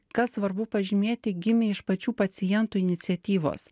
ką svarbu pažymėti gimė iš pačių pacientų iniciatyvos